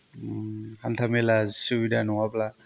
हान्थामेला सुबिदा नङाब्ला